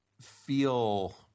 feel